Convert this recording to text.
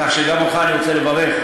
כך שגם אותך אני רוצה לברך.